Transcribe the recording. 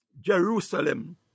Jerusalem